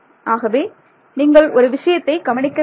ஆகவே நீங்கள் ஒரு விஷயத்தை கவனிக்க வேண்டும்